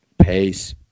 Pace